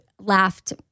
laughed